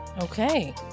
Okay